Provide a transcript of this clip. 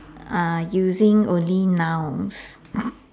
uh using only nouns